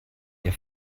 der